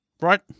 Right